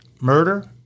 murder